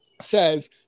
says